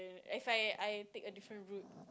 if I I take a different route